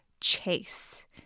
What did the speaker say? chase